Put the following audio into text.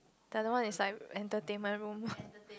the other one is like entertainment room